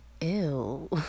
ew